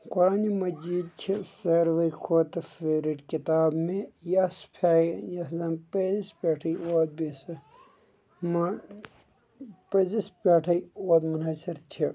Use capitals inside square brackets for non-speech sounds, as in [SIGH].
قرانِ مجیٖد چھِ ساروٕے کھۄتہٕ فیورِٹ کِتاب مےٚ یَس [UNINTELLIGIBLE] ما پٔزِس پٮ۪ٹھَے وۄبمُنٲثِر چھِ